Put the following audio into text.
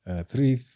three